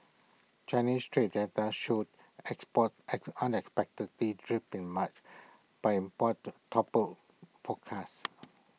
Chinese trade data showed exports act unexpectedly dripped in March but imports topple forecasts